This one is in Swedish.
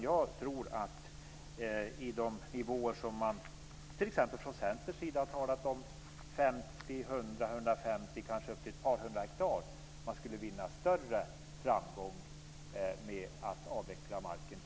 Jag tror att man skulle vinna större framgång om man avvecklade mark till de enskilda skogsbruken. Det kunde gälla de arealer som man har talat om från t.ex. Centerns sida, dvs. 50, 100, 150 eller upp till 200